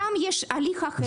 שם יש הליך אחר.